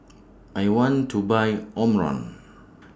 I want to Buy Omron